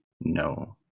No